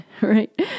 right